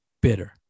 bitter